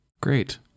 great